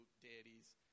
deities